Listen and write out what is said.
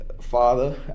Father